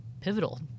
pivotal